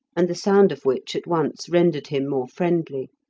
and the sound of which at once rendered him more friendly.